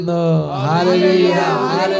Hallelujah